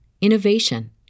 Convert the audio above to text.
innovation